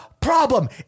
problem